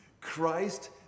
Christ